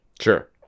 Sure